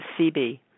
CB